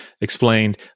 explained